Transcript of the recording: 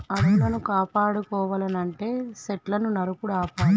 అడవులను కాపాడుకోవనంటే సెట్లును నరుకుడు ఆపాలి